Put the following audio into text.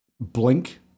Blink